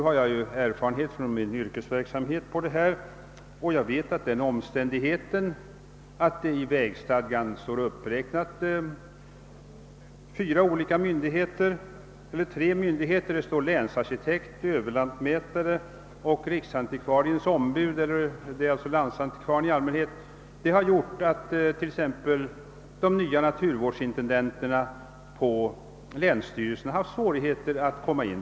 Från min yrkesverksamhet har jag erfarenhet på detta område och vet att den omständigheten att det i vägstadgan uppräknas tre instanser — länsarkitekt, överlantmätare och riksantikvariens ombud, i allmänhet landsantikvarien — har medfört att t.ex. de nya naturvårdsintendenterna på länsstyrelsen haft svårigheter att få delta.